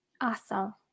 Awesome